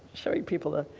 show you people that.